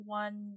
one